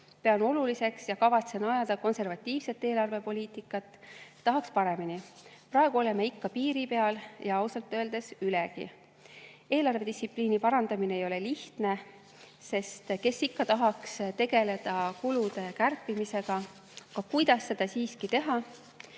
Pean oluliseks ja kavatsen ajada konservatiivset eelarvepoliitikat. Tahaks paremini. Praegu oleme ikka piiri peal ja ausalt öeldes sellest ülegi. Eelarvedistsipliini parandamine ei ole lihtne, sest kes ikka tahaks tegeleda kulude kärpimisega. Aga kuidas seda siiski teha?